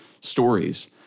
stories